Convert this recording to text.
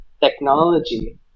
technology